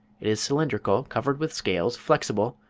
it is cylindrical, covered with scales, flexible,